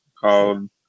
called